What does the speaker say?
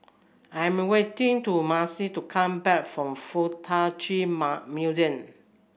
I am waiting to Misti to come back from FuK Tak Chi Museum